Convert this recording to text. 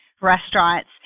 restaurants